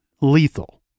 lethal